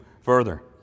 further